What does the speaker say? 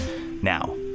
Now